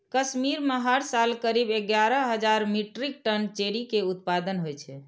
कश्मीर मे हर साल करीब एगारह हजार मीट्रिक टन चेरी के उत्पादन होइ छै